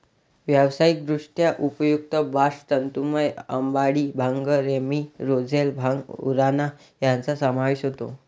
व्यावसायिकदृष्ट्या उपयुक्त बास्ट तंतूंमध्ये अंबाडी, भांग, रॅमी, रोझेल, भांग, उराणा यांचा समावेश होतो